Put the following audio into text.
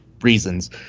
reasons